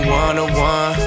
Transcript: one-on-one